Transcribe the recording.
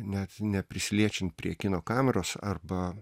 net neprisiliečiant prie kino kameros arba